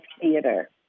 theater